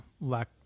lack